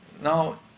now